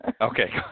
Okay